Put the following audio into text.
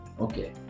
okay